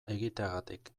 egiteagatik